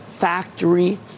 Factory